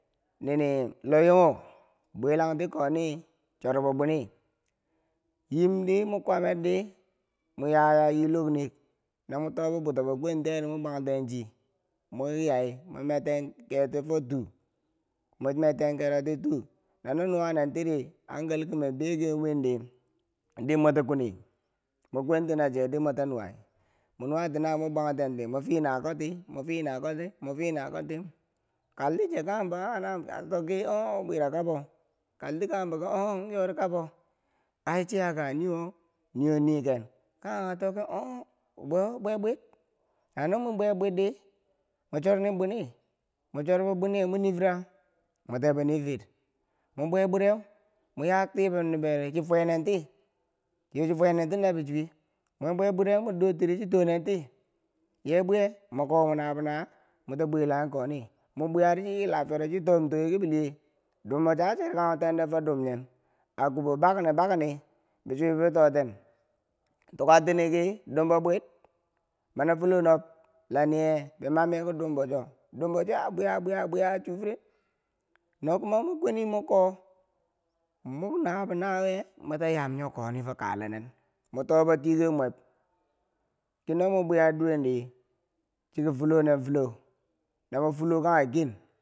Ni ni layonghe bwelangti koni chorbo bwini nyimdi mwe, kwamer di mo ya, ya nyii lok niik no mwe to o biwutobo kweniyeri mwe bwangtenchi moki yai mertan kero tifo tu. u mwe merten keroti tu. u nano nuwanen tiri hankali kumeu begen windi dimweta kweni mwe kwentinache dii mwe ta nuwai mwe nuwati na chew mwe bwangtenti mwe finakoti mwe finakoti mwe finakoti kaltiche kanyebo an anam an tokki o, ong bwira kabo kaltichembo ki oh- ong yori kabo ai chiyakaye niiwo niiwo niiken kaye a toki oh- ong bwewo bwe bwir na no mwe bwe bwiir di mwi chornin bwini mwe chor bo bbwini yeu mwi niifira? mwi tebo nifiir mwin bwe bwireu, mwi ya tiber nober di chi fwenen ti, chifwe nen ti nw bi chuwe mwi bwe bwireu mwi do tiri chi too nen ti ye bwiye? mwa ko mwi nabo nawiye mwiti bwelanghi koni mwe biyamdi chi yila kifero chi tom- towe kibi liye dumbocho a cherkanghu tende fo dum nyem a kubo bakni bakni nyi chwibo nye toten tukatini ki dumbo bwir mana fulonob la niye, bi mamye ki dumbocho? dumbocho a bwiya bwiya bwiya a chufiren no kuma mwe kweni mwe ko mo nabo nawiye, mwe ta yam nyo koni fo kale nin mwe tobo tikobmweb kii no mwe bwiya duwen di chiki fulonenfulo namwe fulokangheken.